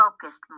focused